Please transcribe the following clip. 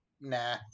nah